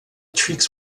tricks